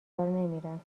نمیرم